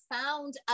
found